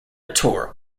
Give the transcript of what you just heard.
tour